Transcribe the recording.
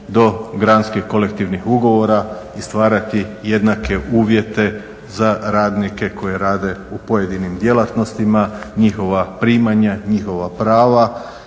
do granski kolektivnih ugovora i stvarati jednake uvjete za radnike koji rade u pojedinim djelatnostima, njihova primanja, njihova prava